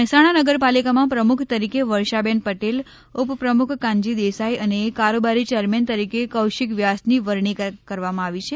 મહેસાણા નગરપાલિકામાં પ્રમુખ તરીકે વર્ષાબેન પટેલ ઉપપ્રમુખ કાનજી દેસાઈ અને કારોબારી ચેરમેન તરીકે કૌશિક વ્યાસની વરણી કરવામાં આવી છે